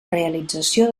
realització